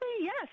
yes